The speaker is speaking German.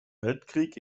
weltkrieg